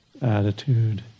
attitude